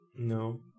No